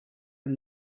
and